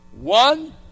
One